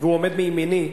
והוא עומד מימיני,